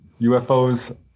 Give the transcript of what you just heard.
UFOs